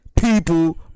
people